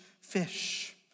fish